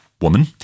woman